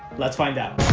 let's find out